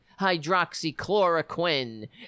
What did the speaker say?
hydroxychloroquine